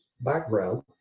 background